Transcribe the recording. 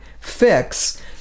fix